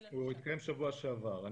הוא התקיים בשבוע שעבר.